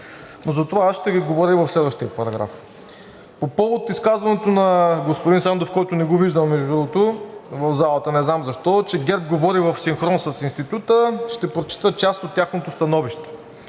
Но за това аз ще Ви говоря в следващия параграф. По повод изказването на господин Сандов, който, между другото, не го виждам в залата – не знам защо, че ГЕРБ говори в синхрон с Института, ще прочета част от тяхното становище.